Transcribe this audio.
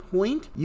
Point